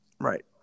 Right